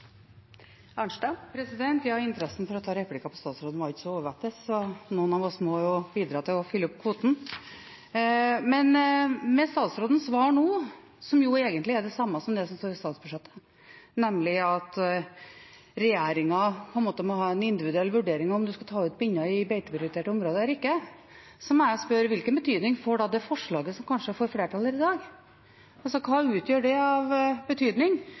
Interessen for å ta replikker på statsråden var ikke så overvettes, så noen av oss må jo bidra til å fylle opp kvoten. Med statsrådens svar nå, som egentlig er det samme som det som står i statsbudsjettet, nemlig at regjeringen må ta en individuell vurdering av om man skal ta ut binner i beiteprioriterte områder eller ikke, må jeg spørre: Hvilken betydning får da det forslaget som kanskje får flertall her i dag? Hva utgjør det av betydning?